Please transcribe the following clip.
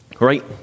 right